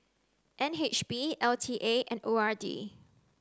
N H B L T A and O R D